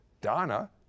Donna